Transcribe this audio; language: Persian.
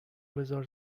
بزار